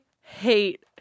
hate